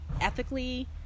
Ethically